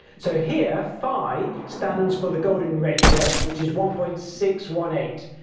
so here phi stands for the golden ratio, which is one point six one eight.